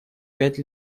пять